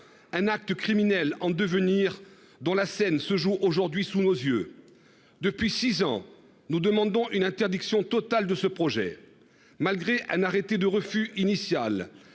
Un acte criminel en devenir dans la scène se joue aujourd'hui sous nos yeux. Depuis 6 ans. Nous demandons une interdiction totale de ce projet. Malgré un arrêté de refus initial